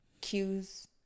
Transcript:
cues